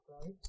right